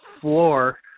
floor